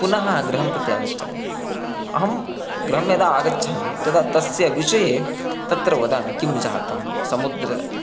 पुनः गृहं प्रति आगच्छामि अहं गृहं यदा आगच्छामि तदा तस्य विषये तत्र वदामि किं जातं समुद्रे